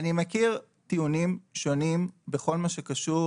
אני מכיר טיעונים שונים בכל מה שקשור